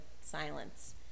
silence